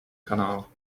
canal